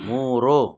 ಮೂರು